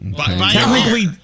Technically